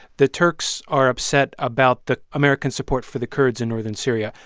the turks are upset about the american support for the kurds in northern syria.